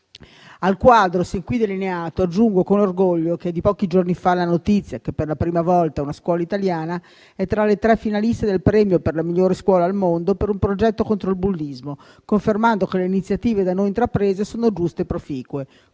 Al quadro sin qui delineato aggiungo con orgoglio che è di pochi giorni fa la notizia che per la prima volta una scuola italiana è tra le tre finaliste del premio per la migliore scuola al mondo per un progetto contro il bullismo, confermando che le iniziative da noi intraprese sono giuste e proficue.